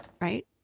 right